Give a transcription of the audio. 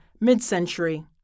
mid-century